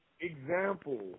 example